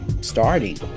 starting